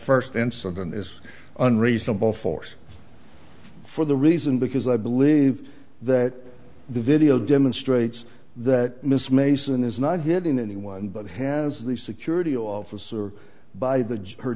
first incident is unreasonable force for the reason because i believe that the video demonstrates that miss mason is not hitting anyone but has the security officer by the